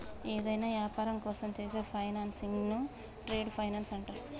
యేదైనా యాపారం కోసం చేసే ఫైనాన్సింగ్ను ట్రేడ్ ఫైనాన్స్ అంటరు